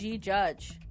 judge